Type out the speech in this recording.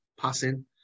passing